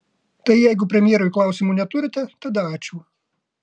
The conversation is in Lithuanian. tai jeigu premjerui klausimų neturite tada ačiū